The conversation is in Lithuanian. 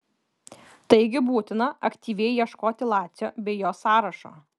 taigi būtina aktyviai ieškoti lacio bei jo sąrašo